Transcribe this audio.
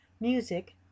Music